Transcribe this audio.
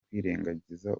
kwirengangiza